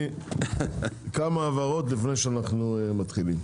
כמה הבהרות לפני שאנחנו מתחילים.